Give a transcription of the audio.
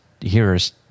hearers